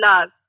love